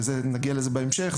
ונגיע לזה בהמשך,